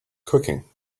cooking